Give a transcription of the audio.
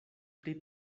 pri